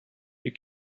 you